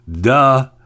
Duh